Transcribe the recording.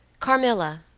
carmilla,